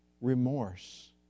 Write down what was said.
remorse